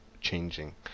changing